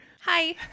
Hi